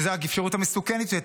וזו האפשרות המסוכנת יותר,